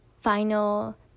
final